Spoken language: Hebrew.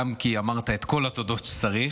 גם כי אמרת את כל התודות שצריך,